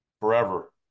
forever